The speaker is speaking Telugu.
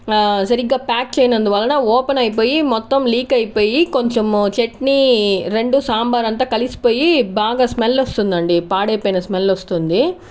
సరిగ్గా ప్యాక్ చేయనందువలన ఓపెన్ అయిపోయి మొత్తం లీక్ అయిపోయి కొంచెము చట్నీ రెండు సాంబారు అంతా కలిసిపోయి బాగా స్మెల్ వస్తుందండి పాడైపోయిన స్మెల్ వస్తుంది